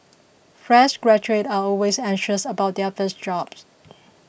fresh graduates are always anxious about their first jobs